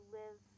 live